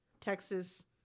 Texas